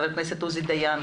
ח"כ עוזי דיין,